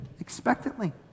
expectantly